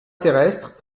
terrestres